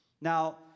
Now